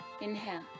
inhale